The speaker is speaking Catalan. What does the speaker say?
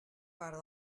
part